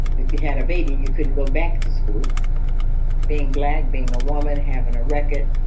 if you had a baby, you couldn't go back to school being blagg, being a woman, having a record.